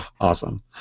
awesome